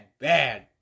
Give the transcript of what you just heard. Bad